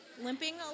limping